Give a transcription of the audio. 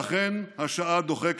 ואכן, השעה דוחקת: